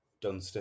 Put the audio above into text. done